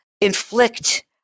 inflict